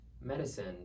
medicine